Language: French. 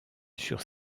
sur